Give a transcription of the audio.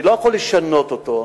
אני לא יכול לשנות אותו.